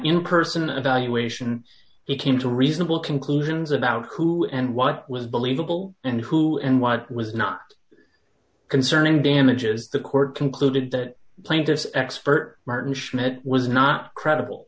in person evaluation he came to reasonable conclusions about who and what was believable and who and what was not concerning damages the court concluded that plaintiff's expert martin schmidt was not credible